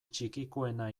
txikikoena